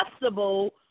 possible